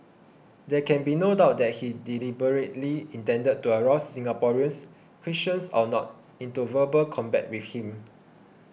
there can be no doubt that he deliberately intended to arouse Singaporeans Christians or not into verbal combat with him